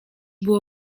było